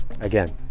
Again